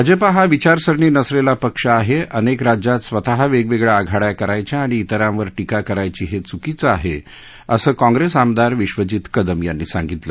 भाजपा हा विचारसरणी नसलेला पक्ष आहे अनेक राज्यात स्वतः वेगवेगळ्या आघाड्या करायच्या आणि इतरांवर टीका करायची हे च्कीचं आहे असं काँग्रेस आमदार विश्वजीत कदम यांनी सांगितलं